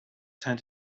time